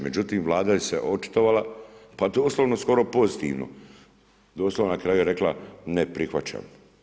Međutim, Vlada se očitovala, pa doslovno skoro pozitivno, doslovno na kraju je rekla: ne prihvaćam.